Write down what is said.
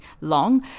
long